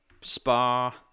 spa